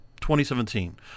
2017